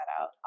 out